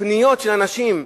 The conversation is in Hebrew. מפניות של אנשים,